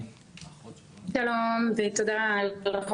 שלום, ותודה ליו"ר